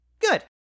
good